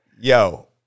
Yo